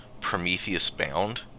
Prometheus-bound